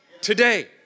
Today